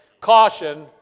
caution